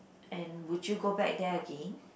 and would you go back there again